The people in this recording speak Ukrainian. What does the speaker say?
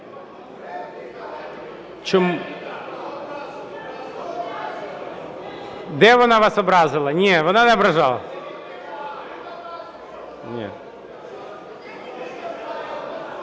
Де вона вас образила? Ні, вона не ображала.